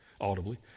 audibly